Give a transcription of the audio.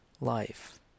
life